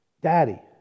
Daddy